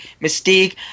Mystique